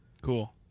Cool